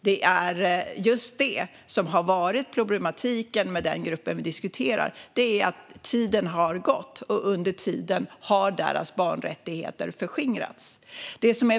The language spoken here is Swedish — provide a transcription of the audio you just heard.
Det är just detta som har varit problematiken med den grupp vi diskuterar: Tiden har gått, och under tiden har deras barnrättigheter förskingrats.